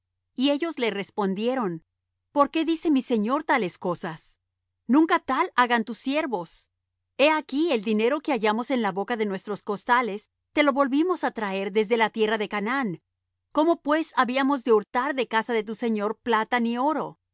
y ellos le respondieron por qué dice mi señor tales cosas nunca tal hagan tus siervos he aquí el dinero que hallamos en la boca de nuestros costales te lo volvimos á traer desde la tierra de canaán cómo pues habíamos de hurtar de casa de tu señor plata ni oro